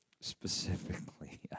specifically